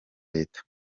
leta